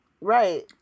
right